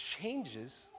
changes